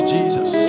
Jesus